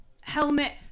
helmet